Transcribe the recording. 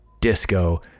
disco